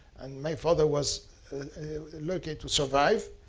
and my father was lucky to survive.